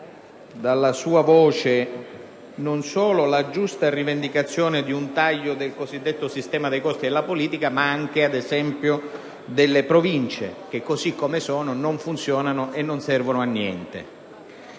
dalla sua voce la giusta rivendicazione di un taglio non solo del cosiddetto sistema dei costi della politica, ma anche, ad esempio, delle Province che, così come sono, non funzionano e non servono a niente.